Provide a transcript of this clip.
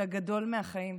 אתה גדול מהחיים.